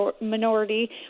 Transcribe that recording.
minority